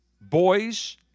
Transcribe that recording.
boys